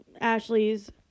Ashley's